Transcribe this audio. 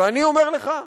ואני אומר לך,